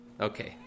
Okay